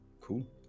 Cool